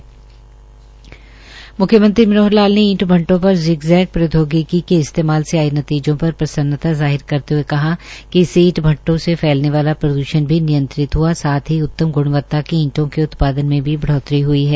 हरियाणा के मुख्यमंत्री श्री मनोहर लाल ने ईंट भट्ठों पर इस्तेमाल जिग जैग प्रौद्योगिकी के इस्तेमाल से आये नतीजों पर प्रसन्नता ज़ाहिर करते हुए का कि इससे ईंट भट्ठों से फैलने वाला प्रदूषण भी नियंत्रित हुआ साथ ही उत्तम गुणवत्ता की ईंटों के उत्पादन में भी बढोतरी हुई है